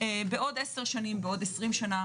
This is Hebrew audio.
בעוד עשר או עשרים שנה.